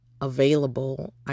available